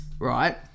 right